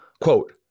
quote